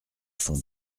fonds